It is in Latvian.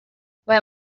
vai